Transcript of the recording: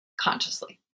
consciously